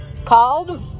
called